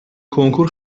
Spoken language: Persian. کنکور